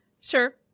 Sure